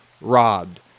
robbed